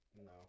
No